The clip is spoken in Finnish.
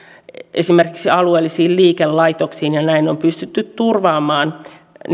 esimerkiksi alueellisiin liikelaitoksiin ja näin on pystytty turvaamaan